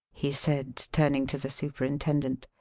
he said, turning to the superintendent.